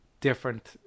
different